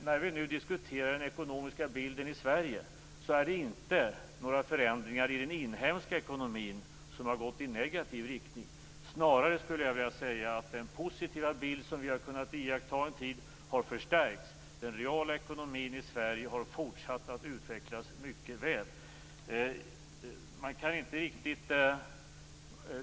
När vi nu diskuterar den ekonomiska bilden i Sverige är det inte fråga om att några förändringar i den inhemska ekonomin har gått i negativ riktning. Snarare skulle jag vilja säga att den positiva bild som vi har kunnat iaktta en tid har förstärkts. Den reala ekonomin i Sverige har fortsatt att utvecklas mycket väl.